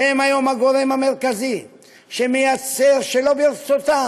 שהיום הם הגורם המרכזי שמייצר, שלא ברצונם,